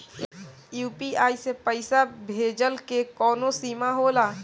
UPI से पईसा भेजल के कौनो सीमा होला?